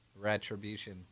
Retribution